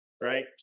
right